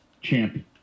champion